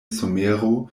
somero